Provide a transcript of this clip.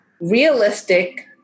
realistic